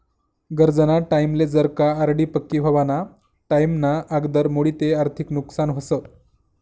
गरजना टाईमले जर का आर.डी पक्की व्हवाना टाईमना आगदर मोडी ते आर्थिक नुकसान व्हस